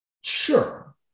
sure